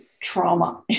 Trauma